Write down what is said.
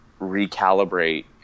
recalibrate